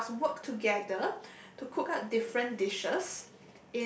who must work together to cook up different dishes